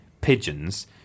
pigeons